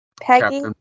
Peggy